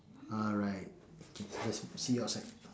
alright K that's see you outside